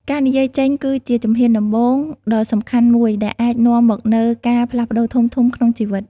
ការនិយាយចេញគឺជាជំហានដំបូងដ៏សំខាន់មួយដែលអាចនាំមកនូវការផ្លាស់ប្ដូរធំៗក្នុងជីវិត។